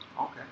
Okay